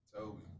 Toby